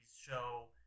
show